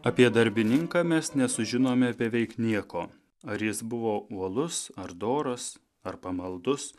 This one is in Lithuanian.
apie darbininką mes nesužinome beveik nieko ar jis buvo uolus ar doras ar pamaldus